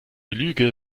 lüge